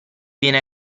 viene